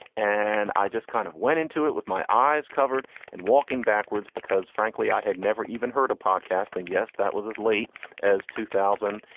and i just kind of went into it with my eyes covered and walking backwards because frankly, i had never even heard a podcast. and yes, that was as late as two thousand,